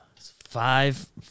Five